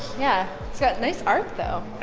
yeah, it's got nice art though! yeah.